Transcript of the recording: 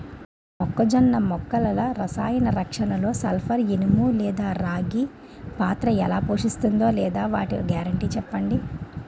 మొక్కజొన్న మొక్కల రసాయన రక్షణలో సల్పర్, ఇనుము లేదా రాగి పాత్ర ఎలా పోషిస్తుందో లేదా వాటి గ్యారంటీ చెప్పండి